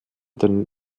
der